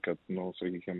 kad nu sakykim